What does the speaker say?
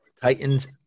Titans